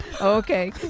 okay